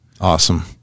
Awesome